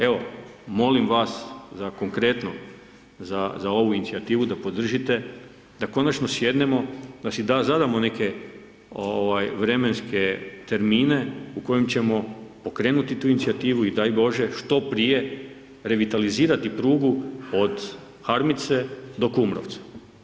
Evo, molim vas za konkretno za ovu inicijativu da podržite da konačno sjednemo, da si zadamo neke vremenske termine u kojem ćemo pokrenuti tu inicijativu i daj Bože što prije revitalizirati prugu od Harmice do Kumrovca.